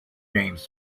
jams